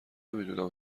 نمیدونم